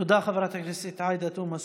תודה, חברת הכנסת עאידה תומא סלימאן.